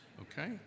okay